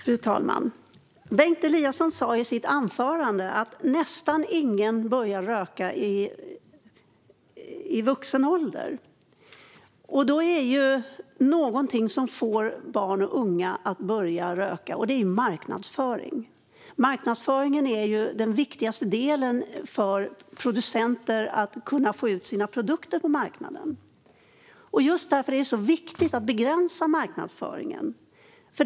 Fru talman! Bengt Eliasson sa i sitt anförande att nästan ingen börjar röka i vuxen ålder. Det måste alltså vara något som får barn och unga att börja röka, och det är marknadsföring. Marknadsföringen är den viktigaste delen för producenter att kunna få ut sina produkter på marknaden. Därför är det viktigt att begränsa marknadsföringen.